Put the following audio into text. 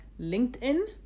linkedin